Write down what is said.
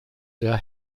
der